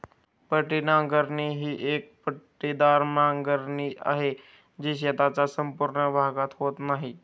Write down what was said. पट्टी नांगरणी ही एक पट्टेदार नांगरणी आहे, जी शेताचा संपूर्ण भागात होत नाही